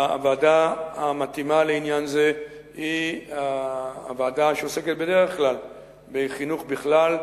הוועדה המתאימה לעניין זה היא הוועדה שעוסקת בדרך בחינוך בכלל,